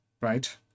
Right